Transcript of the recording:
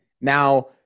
now